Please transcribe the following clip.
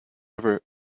river